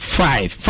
five